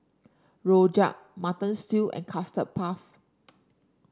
rojak Mutton Stew and Custard Puff